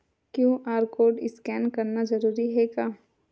QR code scan करना जरूरी हे का?